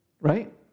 Right